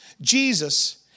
Jesus